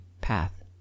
path